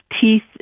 teeth